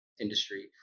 industry